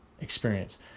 experience